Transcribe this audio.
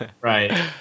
right